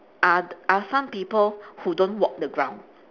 are are some people who don't walk the ground